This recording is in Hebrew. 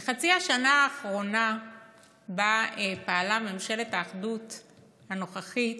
בחצי השנה האחרונה שבה פעלה ממשלת האחדות הנוכחית,